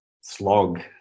slog